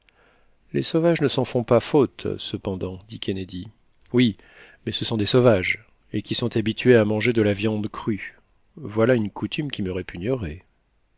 les sauvages ne s'en font pas faute cependant dit kennedy oui mais ce sont des sauvages et qui sont habitués à manger de la viande crue voilà une coutume qui me répugnerait